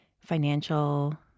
financial